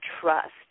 trust